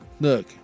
Look